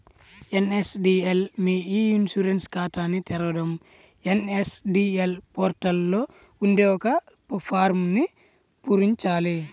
NSDL మీ e insurance ఖాతాని తెరవడం ఎన్.ఎస్.డి.ఎల్ పోర్టల్ లో ఉండే ఒక ఫారమ్ను పూరించాలి